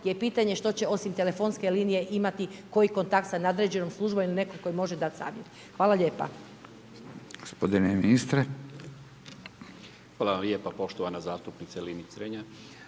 je pitanje što će osim telefonske linije imati koji kontakt sa nadređenom službom ili netko tko može dati savjet. Hvala lijepa. **Radin, Furio (Nezavisni)** Gospodine ministre.